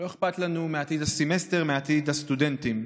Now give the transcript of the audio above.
לא אכפת לנו מעתיד הסמסטר ומעתיד הסטודנטים.